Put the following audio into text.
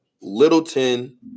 Littleton